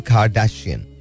Kardashian